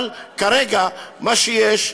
אבל זה כרגע מה שיש.